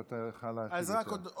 אתה תוכל להספיק יותר כי הזמן,